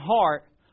heart